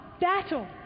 battle